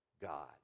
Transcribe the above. God